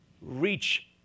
reach